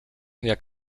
jak